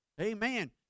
Amen